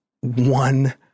one